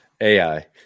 AI